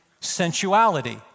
sensuality